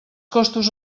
costos